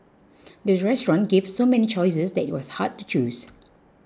the restaurant gave so many choices that it was hard to choose